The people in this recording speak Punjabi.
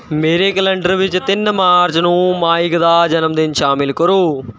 ਮੇਰੇ ਕੈਲੰਡਰ ਵਿੱਚ ਤਿੰਨ ਮਾਰਚ ਨੂੰ ਮਾਈਕ ਦਾ ਜਨਮ ਦਿਨ ਸ਼ਾਮਿਲ ਕਰੋ